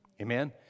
Amen